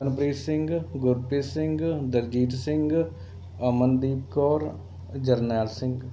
Harpreet Singh Gurpreet Singh Daljeet Singh Amandeep Kaur Jarnail Singh